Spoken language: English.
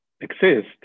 exist